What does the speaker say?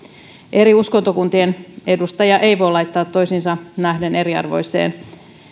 eri uskontokuntien edustajia ei voi laittaa toisiinsa nähden eriarvoiseen